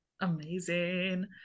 Amazing